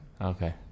Okay